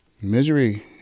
Misery